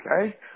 okay